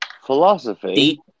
philosophy